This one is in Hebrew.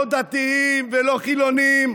לא דתיים ולא חילונים.